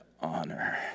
honor